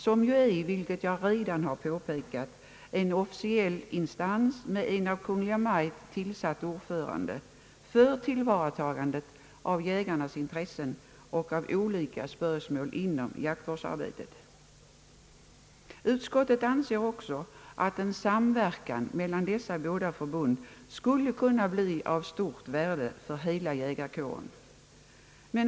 Detta senare förbund är, vilket redan påpekats, en officiell instans, med en av Kungl. Maj:t utsedd ordförande, för tillvaratagande av jägarnas intressen och för behandling av olika spörsmål inom jaktvårdsarbetet. Utskottet anser också att en samverkan mellan de båda förbunden skulle kunna bli av stort värde för hela jägarkåren.